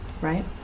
right